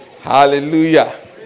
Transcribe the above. Hallelujah